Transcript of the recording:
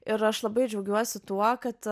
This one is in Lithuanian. ir aš labai džiaugiuosi tuo kad